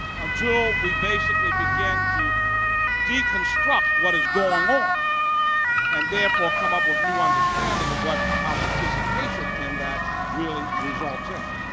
until we basically begin to deconstruct what is going on and therefore come up with a new understanding of what our participation in that really results in,